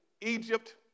Egypt